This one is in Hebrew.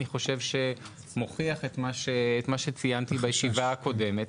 אני חושב שמוכיח את מה שציינתי בישיבה הקודמת.